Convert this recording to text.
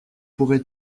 pourrais